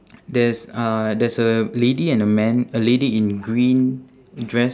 there's uh there's a lady and a man a lady in green dress